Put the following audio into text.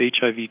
HIV